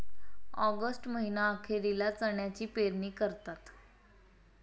August महीना अखेरीला चण्याची पेरणी करतात